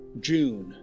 June